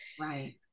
Right